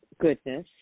goodness